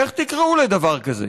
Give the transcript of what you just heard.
איך תקראו לדבר כזה?